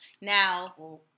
Now